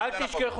בגלל החוק הזה.